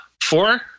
four